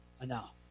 enough